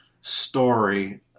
story